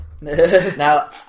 Now